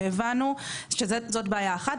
זאת בעיה אחת,